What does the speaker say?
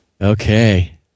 Okay